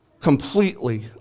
completely